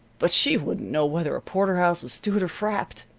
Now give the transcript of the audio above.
but she wouldn't know whether a porterhouse was stewed or frapped.